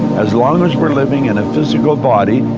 as long as we're living in a physical body,